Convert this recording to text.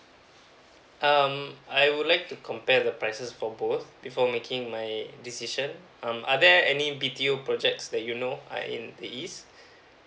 um I would like to compare the prices for both before making my decision um are there any B_T_O projects that you know are in the east